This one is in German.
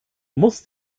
muss